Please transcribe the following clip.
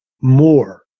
more